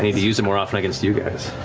use it more often against you guys.